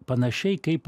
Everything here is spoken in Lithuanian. panašiai kaip